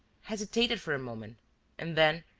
hesitated for a moment and then,